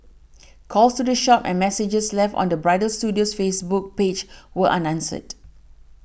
calls to the shop and messages left on the bridal studio's Facebook page were unanswered